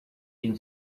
tenho